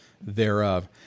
thereof